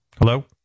Hello